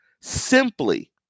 Simply